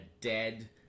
dead